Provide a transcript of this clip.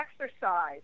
exercise